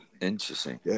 Interesting